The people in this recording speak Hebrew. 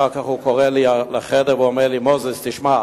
אחר כך הוא קורא לי לחדר ואומר לי: מוזס, תשמע,